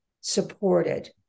supported